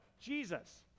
Jesus